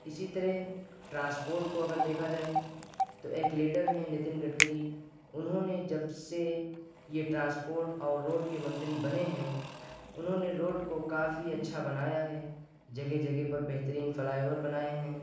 اسی طرح ٹرانسپورٹ کو اگر دیکھا جائے تو ایک لیڈر ہیں نتن گٹگری انہوں نے جب سے یہ ٹرانسپورٹ اور روڈ کے منتری بنیں ہیں انہوں نے روڈ کو کافی اچھا بنایا ہے جگہ جگہ پر بہترین فلائی اوور بنائیں ہیں